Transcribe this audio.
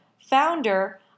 founder